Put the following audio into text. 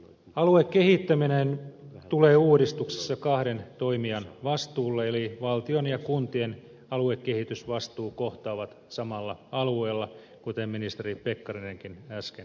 aluekehittäminen tulee uudistuksessa kahden toimijan vastuulle eli valtion ja kuntien aluekehitysvastuu kohtaavat samalla alueella kuten ministeri pekkarinenkin äsken totesi